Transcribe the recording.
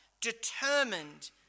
determined